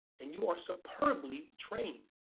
and you are superbly trained.